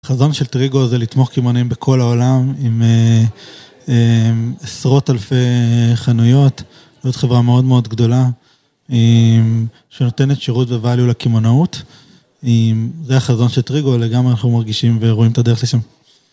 החזון של טריגו זה לתמוך קימונעאים בכל העולם, עם עשרות אלפי חנויות, זאת חברה מאוד מאוד גדולה, שנותנת שירות וערך לקימונעאות. זה החזון של טריגו, לגמרי אנחנו מרגישים ורואים את הדרך לשם.